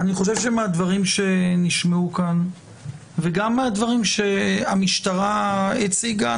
אני חושב שמהדברים נשמעו כאן וגם מהדברים שהמשטרה הציגה,